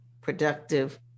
productive